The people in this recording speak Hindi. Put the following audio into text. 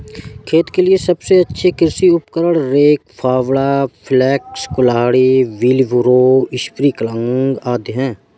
खेत के लिए सबसे अच्छे कृषि उपकरण, रेक, फावड़ा, पिकैक्स, कुल्हाड़ी, व्हीलब्रो, स्प्रिंकलर आदि है